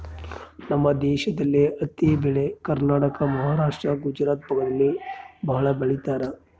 ನಮ್ ದೇಶದಲ್ಲಿ ಹತ್ತಿ ಬೆಳೆ ಕರ್ನಾಟಕ ಮಹಾರಾಷ್ಟ್ರ ಗುಜರಾತ್ ಭಾಗದಲ್ಲಿ ಭಾಳ ಬೆಳಿತರೆ